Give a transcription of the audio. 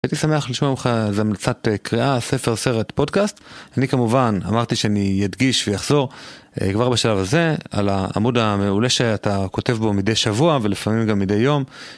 הייתי שמח לשמוע ממך איזה המלצת קריאה, ספר, סרט, פודקאסט. אני, כמובן, אמרתי שאני ידגיש ויחזור כבר בשלב הזה על העמוד המעולה שאתה כותב בו מדי שבוע ולפעמים גם מדי יום.